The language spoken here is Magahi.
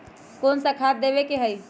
कोन सा खाद देवे के हई?